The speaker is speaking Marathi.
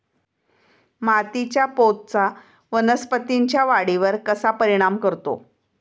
मातीच्या पोतचा वनस्पतींच्या वाढीवर कसा परिणाम करतो?